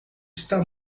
está